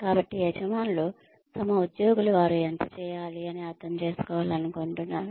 కాబట్టి యజమానులు తమ ఉద్యోగులు వారు ఎంత చేయాలి అని అర్థం చేసుకోవాలనుకుంటున్నారు